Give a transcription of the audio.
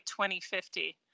2050